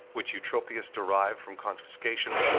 which eutropius derived from confiscation,